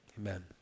amen